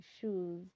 shoes